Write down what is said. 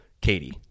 Katie